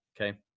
Okay